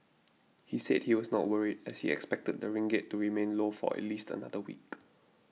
he said he was not worried as he expected the ringgit to remain low for at least another week